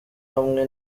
hamwe